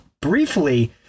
briefly